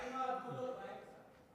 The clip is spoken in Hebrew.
מה עם האגודות באמצע?